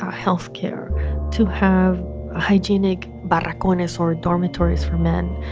ah health care to have hygienic barracones or dormitories for men,